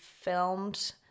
filmed